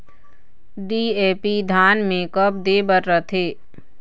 DAP धान मे कब दे बर रथे?